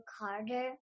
harder